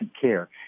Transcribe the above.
care